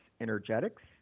Energetics